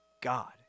God